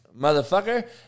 Motherfucker